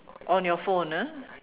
on your phone ah